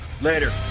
Later